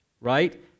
right